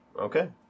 Okay